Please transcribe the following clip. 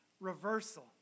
reversal